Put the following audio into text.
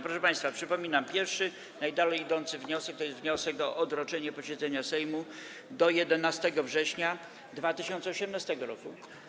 Proszę państwa, przypominam, że pierwszy, najdalej idący wniosek to jest wniosek o odroczenie posiedzenia Sejmu do dnia 11 września 2018 r.